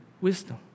wisdom